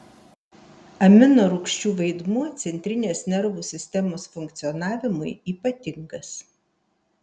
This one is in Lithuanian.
aminorūgščių vaidmuo centrinės nervų sistemos funkcionavimui ypatingas